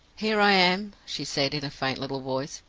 here i am she said, in a faint little voice.